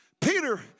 Peter